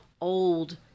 old